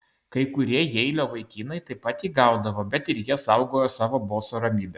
kai kurie jeilio vaikinai taip pat jį gaudavo bet ir jie saugojo savo boso ramybę